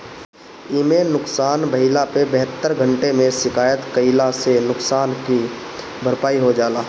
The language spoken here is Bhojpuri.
इमे नुकसान भइला पे बहत्तर घंटा में शिकायत कईला से नुकसान के भरपाई हो जाला